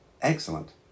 excellent